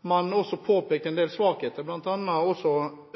man påpekt en rekke svakheter og har bl.a. også